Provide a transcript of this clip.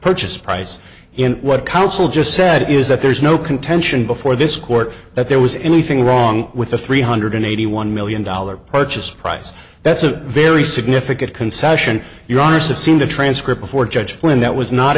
purchase price in what counsel just said is that there is no contention before this court that there was anything wrong with the three hundred eighty one million dollars purchase price that's a very significant concession your arse of seen the transcript for judge when that was not